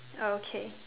okay